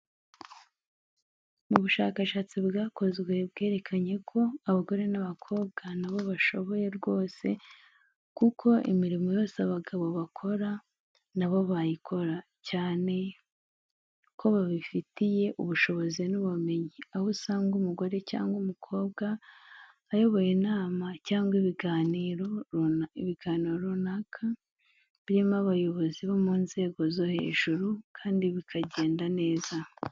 Mu bushakashatsi bwakozwe bwerekanye ko abagore n'abakobwa na bo bashoboye rwose kuko imirimo yose abagabo bakora na bo bayikora, cyane ko babifitiye ubushobozi n'ubumenyi, aho usanga umugore cyangwa umukobwa ayoboye inama cyangwa ibiganiro runaka birimo abayobozi bo mu nzego zo hejuru kandi bikagenda neza.